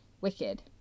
wicked